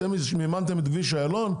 אתם מימנתם את כביש איילון?